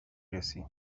رسی